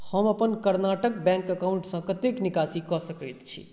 हम अपन कर्नाटक बैंक अकाउंटसँ कतेक निकासी कऽ सकैत छी